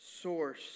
source